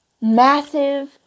massive